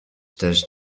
też